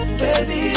baby